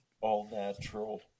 all-natural